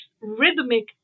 rhythmic